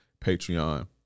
Patreon